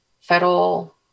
federal